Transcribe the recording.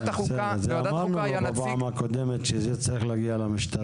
אמרנו לו בפעם הקודמת שזה צריך להגיע למשטרה.